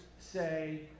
say